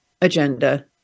agenda